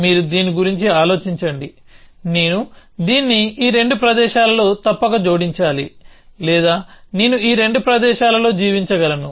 మీరు దీని గురించి ఆలోచించండి నేను దీన్ని ఈ రెండు ప్రదేశాలలో తప్పక జోడించాలి లేదా నేను ఈ రెండు ప్రదేశాలలో జీవించగలను